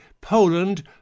Poland